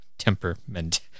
temperament